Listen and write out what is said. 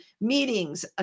meetings